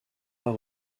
pas